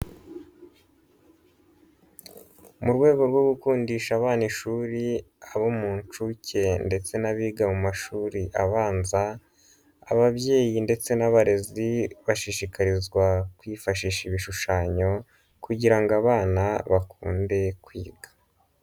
Mu rwego rwo gukundisha abana ishuri, abo mu nshuke ndetse n'abiga mu mashuri abanza, ababyeyi ndetse n'abarezi, bashishikarizwa kwifashisha ibishushanyo kugira ngo abana bakunde kwiga.